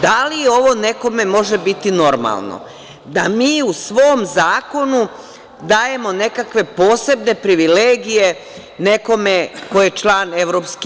Da li ovo nekome može biti normalno, da mi u svom zakonu dajemo nekakve posebne privilegije nekome ko je član EU?